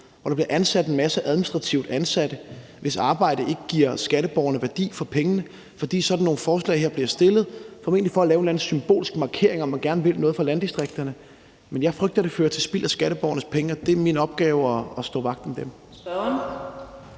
der bliver ansat en masse administrativt ansatte, hvis arbejde ikke giver skatteborgerne værdi for pengene. Det er, fordi sådan nogle forslag her bliver fremsat, formentlig for at lave en eller anden symbolsk markering af, at man gerne vil noget for landdistrikterne, men jeg frygter, at det fører til spild af skatteborgernes penge, og det er min opgave at stå vagt om dem.